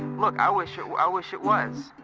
look, i wish so i wish it was.